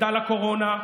מחדל הקורונה,